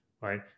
right